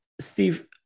Steve